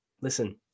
Listen